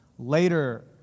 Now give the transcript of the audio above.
Later